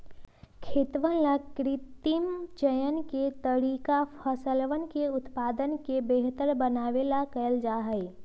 खेतवन ला कृत्रिम चयन के तरीका फसलवन के उत्पादन के बेहतर बनावे ला कइल जाहई